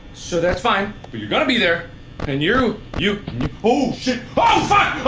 so that's fine, but you're gonna be there and you're you, ooh shit oh fuck!